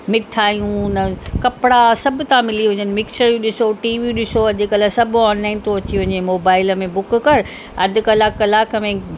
मिठायूं न कपिड़ा सभु था मिली वञनि मिक्सर ॾिसो टी वी ॾिसो अॼुकल्ह सभु ऑनलाइन थो अची वञे मोबाइल में बुक करि अधु कलाक कलाक में